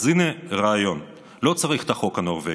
אז הינה רעיון, לא צריך את החוק הנורבגי,